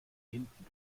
hinten